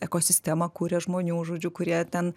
ekosistemą kuria žmonių žodžių kurie ten